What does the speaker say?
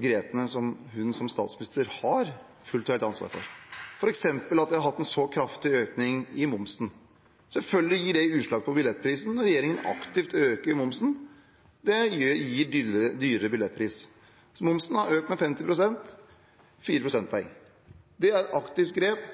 grepene hun som statsminister har fullt og helt ansvar for, f.eks. at vi har hatt en så kraftig økning i momsen. Selvfølgelig gir det utslag på billettprisene når regjeringen aktivt øker momsen. Det gir dyrere billetter. Momsen har økt med 50 pst. – 4 prosentpoeng. Det er et aktivt grep